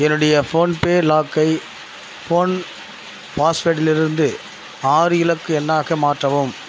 என்னுடைய ஃபோன்பே லாக்கை ஃபோன் பாஸ்வேர்ட்லிருந்து ஆறு இலக்கு எண்ணாக மாற்றவும்